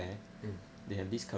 hmm